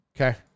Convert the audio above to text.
Okay